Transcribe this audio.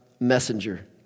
Messenger